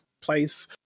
place